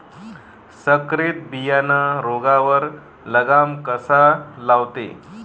संकरीत बियानं रोगावर लगाम कसा लावते?